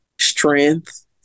strength